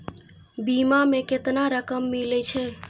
बीमा में केतना रकम मिले छै?